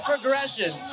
progression